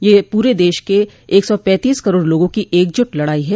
यह पूरे देश के एक सौ पैंतीस करोड़ लोगों की एकजुट लड़ाई है